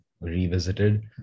revisited